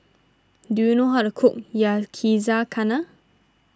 do you know how to cook Yakizakana